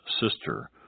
sister